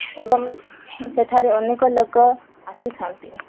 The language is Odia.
ଏବଂ ସେଠାରେ ଅନେକ ଲୋକ ଆସିଥାନ୍ତି